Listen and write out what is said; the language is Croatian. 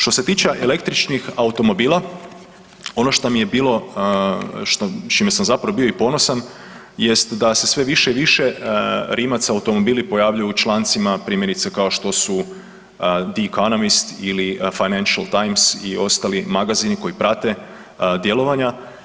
Što se tiče električnih automobila, ono što mi je bilo s čime sam zapravo bio i ponosan jest da se sve više i više Rimac automobili pojavljuju u člancima primjerice kao što su The Economist ili Financial Times i ostali magazini koji prate djelovanja.